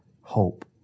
hope